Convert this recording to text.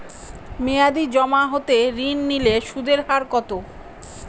মেয়াদী জমা হতে ঋণ নিলে সুদের হার কত?